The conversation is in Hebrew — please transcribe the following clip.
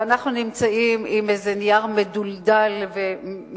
ואנחנו נמצאים עם איזה נייר מדולדל ומרופט.